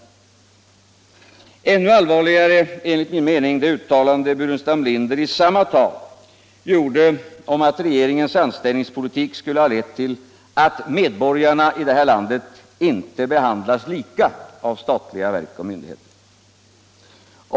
Och ännu allvarligare är enligt min uppfattning det uttalande som herr Burenstam Linder i samma tal gjorde om att regeringens anställningspolitik skulle ha lett till att medborgarna här i landet inte behandlas lika av statliga verk och myndigheter.